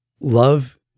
Love